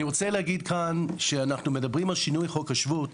אני רוצה להגיד כאן, שאנחנו מדברים חוק השבות,